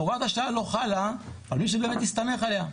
הוראת השעה לא חלה על מי שבאמת הסתמך עליה.